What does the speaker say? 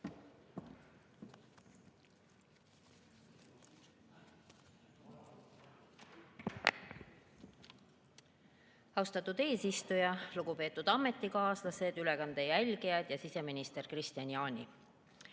Austatud eesistuja! Lugupeetud ametikaaslased, ülekande jälgijad ja siseminister Kristian Jaani!